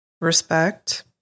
respect